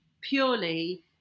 purely